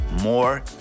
more